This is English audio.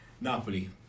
Napoli